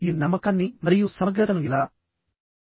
ఈ నమ్మకాన్ని మరియు సమగ్రతను ఎలా కొనసాగించాలి